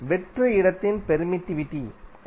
வெற்று இடத்தின் பெர்மிட்டிவிட்டி 8